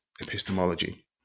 epistemology